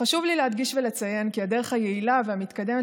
חשוב לי להדגיש ולציין כי הדרך היעילה והמתקדמת